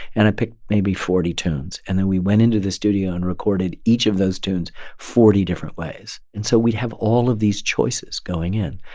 and i picked maybe forty tunes, and then we went into the studio and recorded each of those tunes forty different ways. and so we'd have all of these choices going in.